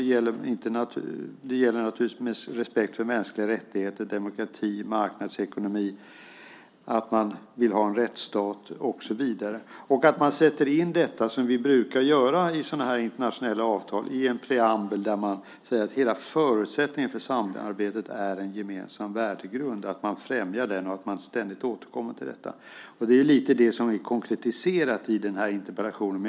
Det gäller naturligtvis respekt för mänskliga rättigheter, demokrati och marknadsekonomi, att man vill ha en rättsstat och så vidare och att man sätter in det här, som vi brukar göra i sådana här internationella avtal, i en preambel där man säger att hela förutsättningen för samarbetet är en gemensam värdegrund, att man främjar den och att man ständigt återkommer till detta. Det är lite det som är konkretiserat i den här interpellationen.